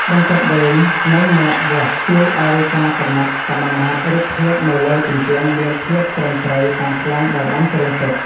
បន្ទាត់វែង និងម៉ែត្រវាស់ ជួយឱ្យការកំណត់សមាមាត្ររូបភាពនៅលើជញ្ជាំងមានភាពត្រឹមត្រូវតាមប្លង់ដែលបានគ្រោងទុក។